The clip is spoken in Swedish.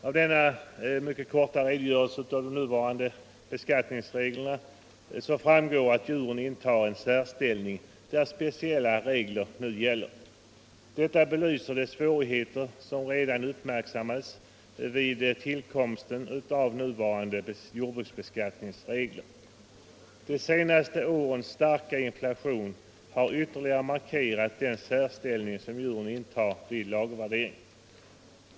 Av denna korta redogörelse för nuvarande beskattningsregler framgår att djuren intar en särställning, där speciella regler nu gäller. Detta belyser de svårigheter som uppmärksammades redan vid tillkomsten av nuvarande jordbruksbeskattningsregler. De senaste årens starka inflation har ytterligare markerat den särställning som djuren intar vid lagervärderingen.